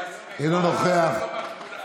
אינו נוכח,